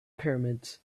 pyramids